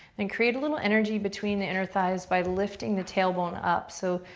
and create a little energy between the inner thighs by lifting the tailbone up. so,